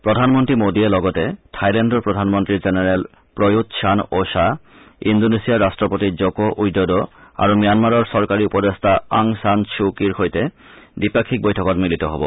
প্ৰধানমন্ত্ৰী মোডীয়ে লগতে থাইলেণ্ডৰ প্ৰধানমন্ত্ৰী general Prayut Chan o cha ইণ্ডোনেছিয়াৰ ৰাট্টপতি জক উইডড আৰু ম্যানমাৰৰ চৰকাৰী উপদেষ্টা আং ছান ছ্যু কিৰ সৈতে দ্বিপাক্ষিক বৈঠকত মিলিত হব